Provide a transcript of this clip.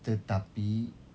tetapi